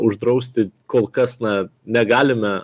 uždrausti kol kas na negalime